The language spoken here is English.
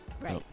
Right